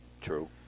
True